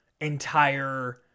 entire